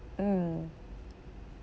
mm